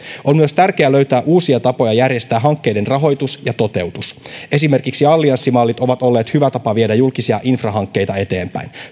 on myös tärkeää löytää uusia tapoja järjestää hankkeiden rahoitus ja toteutus esimerkiksi allianssimallit ovat olleet hyvä tapa viedä julkisia infrahankkeita eteenpäin